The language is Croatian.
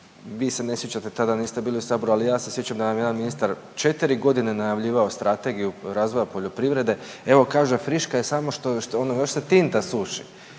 vi se ne sjećate tada niste bili u saboru, ali ja se sjećam da nam je jedan ministar 4 godine najavljivao strategiju razvoja poljoprivrede, evo kaže friška je samo što još ono još se tinta suši.